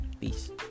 peace